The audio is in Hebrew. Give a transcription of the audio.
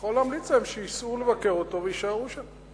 אני יכול להמליץ להם שייסעו לבקר אותו ויישארו שם.